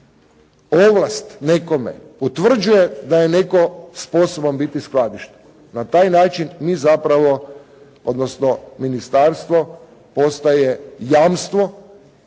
ovlast nekome, utvrđuje da je netko sposoban biti skladištar. Na taj način mi zapravo odnosno ministarstvo postaje jamstvo